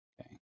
Okay